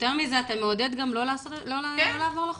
יותר מזה אתה מעודד לעבור על החוק.